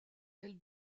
elle